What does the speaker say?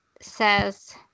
says